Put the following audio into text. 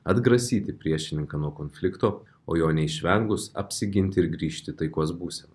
atgrasyti priešininką nuo konflikto o jo neišvengus apsiginti ir grįžt į taikos būseną